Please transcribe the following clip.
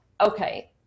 okay